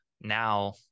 now